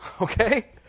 Okay